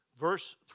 Verse